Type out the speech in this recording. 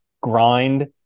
grind